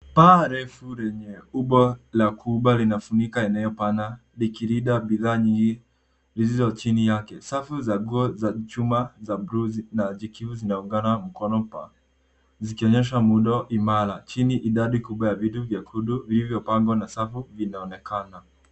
Paa refu lenye umbo la kuba linafunika eneo pana likilinda bidhaa nyingi zilizo chini yake. Safu za nguo za chuma za blue na jikiu , zinaungana mkono zikionyesha muundo imara. Chini, idadi kubwa ya vitu vyekundu vilivyopangwa na safu, vinaonekana.